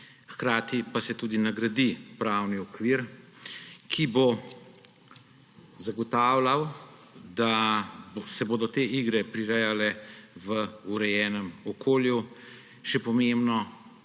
hkrati pa se tudi nadgradi pravni okvir, ki bo zagotavljal, da se bodo te igre prirejale v urejenem okolju, še posebej